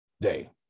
day